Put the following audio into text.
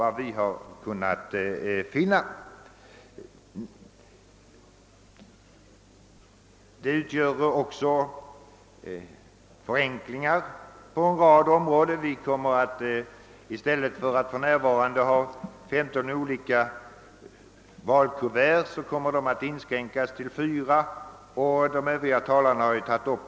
Vad som nu föreslås innebär förenklingar på en rad områden. I stället för de nuvarande 15 olika valkuverten kommer vi t.ex. att få bara 4. Den saken har också tidigare talare varit inne på.